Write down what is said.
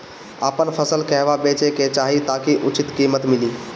आपन फसल कहवा बेंचे के चाहीं ताकि उचित कीमत मिली?